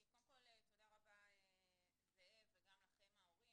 קודם כל תודה רבה, זאב, וגם לכם ההורים.